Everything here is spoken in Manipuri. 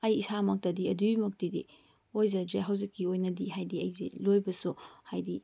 ꯑꯩ ꯏꯁꯥꯃꯛꯇꯗꯗꯤ ꯑꯗꯨꯒꯤ ꯃꯨꯛꯇꯨꯗꯤ ꯑꯣꯏꯖꯗ꯭ꯔꯤ ꯍꯧꯖꯤꯛꯀꯤ ꯑꯣꯏꯅꯗꯤ ꯍꯥꯏꯕꯗꯤ ꯑꯩꯗꯤ ꯂꯣꯏꯕꯁꯨ ꯍꯥꯏꯕꯗꯤ